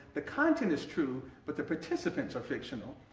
the content is true but the participants are fictional,